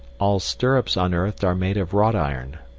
all stirrups unearthed are made of wrought iron.